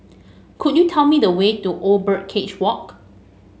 could you tell me the way to Old Birdcage Walk